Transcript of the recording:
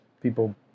people